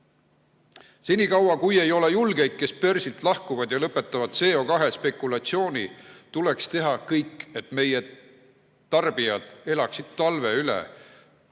lendas. Senikaua, kui ei ole julgeid, kes börsilt lahkuvad ja lõpetavad CO2‑ spekulatsiooni, tuleks teha kõik, et meie tarbijad elaksid talve üle.